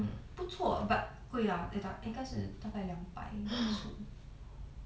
mm 不错 but 贵啦应该是大概两百